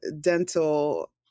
dental